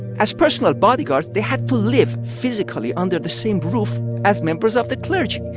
as personal bodyguards, they had to live physically under the same roof as members of the clergy.